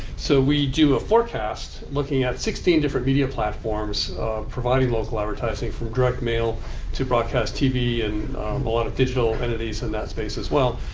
so we do a forecast looking at sixteen different media platforms providing local advertising, from direct mail to broadcast tv and a lot of digital entities in that space as well.